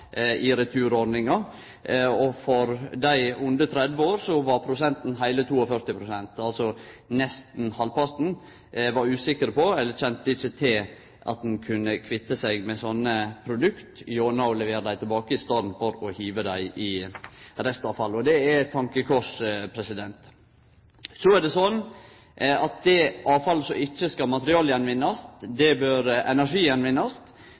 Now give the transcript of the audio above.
og elektrisk avfall. For dei under 30 år var prosenten heile 42, altså nesten halvparten var usikre på, eller kjende ikkje til, at ein kunne kvitte seg med sånne produkt gjennom å levere dei tilbake i staden for å hive dei i restavfallet. Det er ein tankekross. Så er det sånn at det avfallet som ein ikkje skal